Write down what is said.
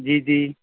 ਜੀ ਜੀ